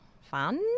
fun